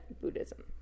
buddhism